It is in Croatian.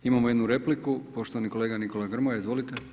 Imamo jednu repliku, poštovani kolega Nikola Grmoja, izvolite.